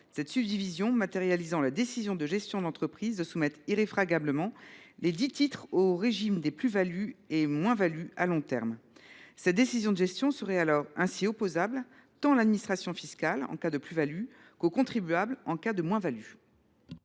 Cette subdivision matérialise la décision de gestion de l’entreprise de soumettre irréfragablement lesdits titres au régime des plus et moins values à long terme. La décision de gestion de l’entreprise serait ainsi opposable tant par l’administration fiscale, en cas de plus value, que par le contribuable, en cas de moins value.